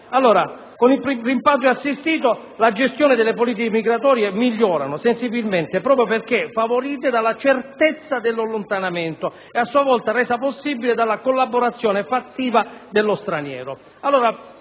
Kosovo. Con il rimpatrio assistito la gestione delle politiche migratorie migliora sensibilmente, proprio perché favorita dalla certezza dell'allontanamento, a sua volta resa possibile dalla collaborazione fattiva dello straniero.